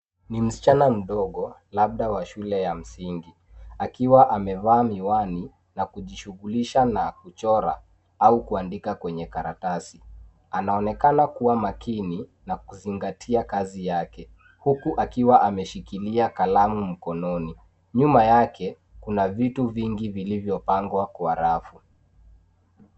Ni msichana mdogo labda wa shule ya msingi akiwa amevaa miwani na kujishughulisha na kuchora au kuandika kwenye karatasi. Anaonekana kuwa makini na kuzingatia kazi yake huku akiwa ameshikilia kalamu mkononi. Nyuma yake kuna vitu vingi vilivyopangwa kwa rafu.